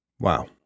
Wow